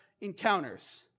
encounters